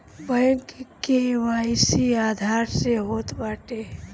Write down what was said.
bank KYC Aadhaar से होत बाटे